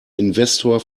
investor